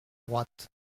droite